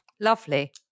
lovely